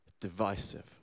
divisive